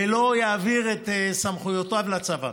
ולא יעביר את סמכויותיו לצבא.